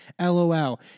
Lol